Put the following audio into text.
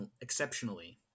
exceptionally